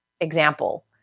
example